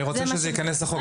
אני רוצה ייכנס לחוק.